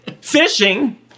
fishing